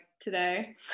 today